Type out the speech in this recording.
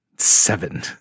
Seven